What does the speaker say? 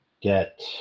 get